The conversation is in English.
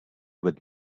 with